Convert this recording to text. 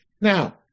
now